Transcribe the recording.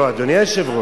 לא, אדוני היושב-ראש.